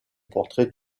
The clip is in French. portrait